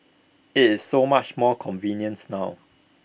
IT is so much more convenience now